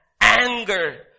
anger